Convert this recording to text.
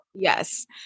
Yes